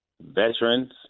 veterans